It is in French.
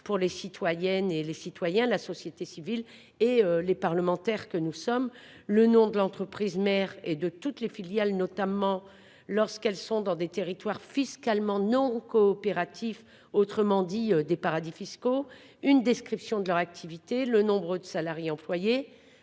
pour les citoyennes et les citoyens, la société civile et les parlementaires que nous sommes le nom de l'entreprise mère et de toutes les filiales, notamment lorsqu'elles sont dans des territoires fiscalement non coopératifs, autrement dit des paradis fiscaux. Une description de leur activité, le nombre de salariés employés.